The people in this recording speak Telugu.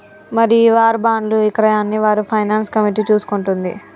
మరి ఈ వార్ బాండ్లు ఇక్రయాన్ని వార్ ఫైనాన్స్ కమిటీ చూసుకుంటుంది